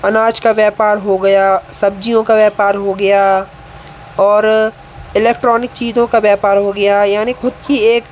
अनाज का व्यापार हो गया सब्जियों का व्यापार हो गया और इलेक्ट्रोनिक चीज़ों का व्यापार हो गया यानी ख़ुद की एक